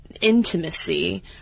intimacy